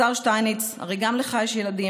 השר שטייניץ, הרי גם לך יש ילדים.